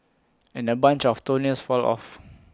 and A bunch of toenails fall off